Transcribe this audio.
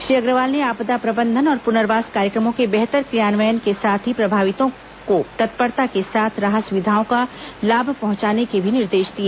श्री अग्रवाल ने आपदा प्रबंधन और पुनर्वास कार्यक्रमों के बेहतर क्रियान्वयन के साथ ही प्रभावितों को तत्परता के साथ राहत सुविधाओं का लाभ पहुंचाने के भी निर्देश दिए